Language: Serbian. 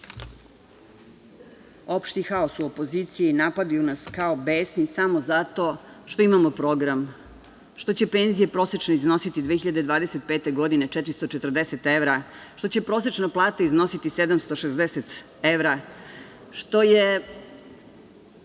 opšti haos u opoziciji. Napadaju nas kao besni samo zato što imamo program, što će penzije prosečno iznositi 2025. godine 440 evra, što će prosečna plata iznositi 760 evra, što je